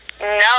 No